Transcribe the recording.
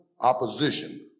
opposition